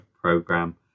program